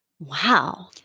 Wow